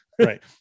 Right